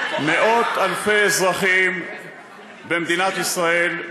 מאות-אלפי אזרחים במדינת ישראל,